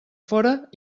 fora